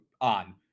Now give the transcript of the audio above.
on